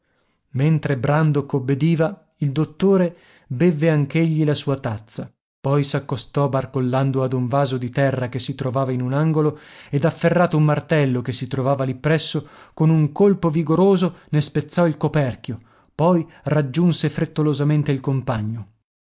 copriti mentre brandok obbediva il dottore bevve anch'egli la sua tazza poi s'accostò barcollando ad un vaso di terra che si trovava in un angolo ed afferrato un martello che si trovava lì presso con un colpo vigoroso ne spezzò il coperchio poi raggiunse frettolosamente il compagno